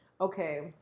Okay